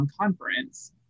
conference